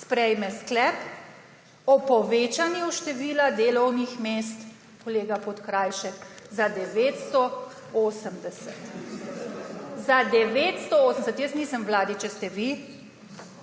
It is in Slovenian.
sprejme sklep o povečanju števila delovnih mest, kolega Podkrajšek, za 980, za 980. Jaz nisem v vladi, če ste vi,